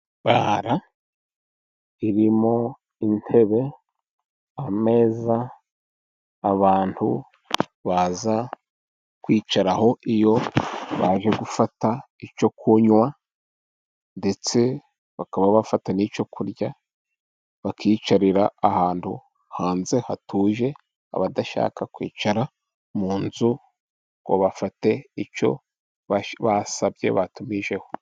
Bara irimo intebe, ameza, abantu baza kwicaraho iyo baje gufata icyo kunywa, ndetse bakaba bafata n'icyo kurya, bakiyicarira ahantu hanze hatuje, abadashaka kwicara mu nzu, ngo bafate icyo basabye batumijeho.